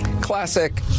Classic